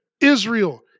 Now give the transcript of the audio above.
Israel